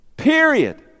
period